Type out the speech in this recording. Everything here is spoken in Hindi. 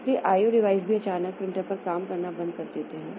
इसलिए IO डिवाइस भी अचानक प्रिंटर पर काम करना बंद कर देते हैं